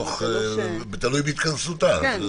תלוי בהתכנסותה.